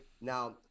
Now